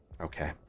Okay